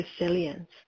resilience